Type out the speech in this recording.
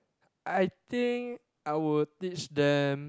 I think I would teach them